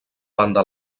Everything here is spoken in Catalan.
banda